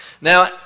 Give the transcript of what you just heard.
Now